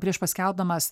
prieš paskelbdamas